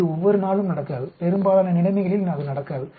இது ஒவ்வொரு நாளும் நடக்காது பெரும்பாலான நிலைமைகளில் அது நடக்காது